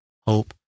hope